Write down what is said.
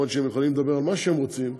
אפילו שהם יכולים לדבר על מה שהם רוצים,